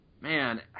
Man